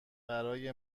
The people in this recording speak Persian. برای